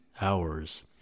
hours